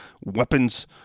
weapons